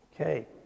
Okay